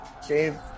Save